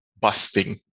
busting